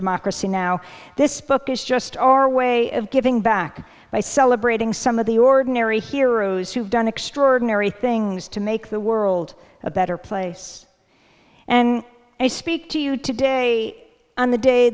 democracy now this book is just our way of giving back by celebrating some of the ordinary heroes who have done extraordinary things to make the world about place and i speak to you today on the day